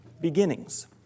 beginnings